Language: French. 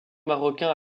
marocains